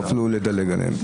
או אפילו לדלג עליהן.